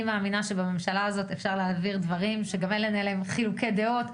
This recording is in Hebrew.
אני מאמינה שבממשלה הזאת אפשר להעביר דברים שגם אין עליהם חילוקי דעות,